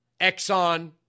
Exxon